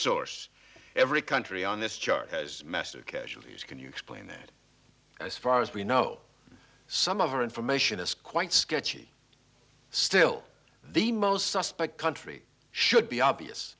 source every country on this chart has mastered casualties can you explain that as far as we know some of our information is quite sketchy still the most suspect country should be obvious